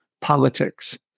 politics